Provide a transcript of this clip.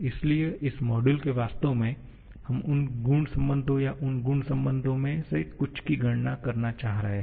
इसलिए इस मॉड्यूल में वास्तव में हम उन गुण संबंधों या उन गुण संबंधों में से कुछ की गणना करना चाह रहे हैं